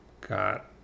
got